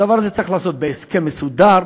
הדבר הזה צריך להיעשות בהסכם מסודר.